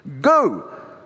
Go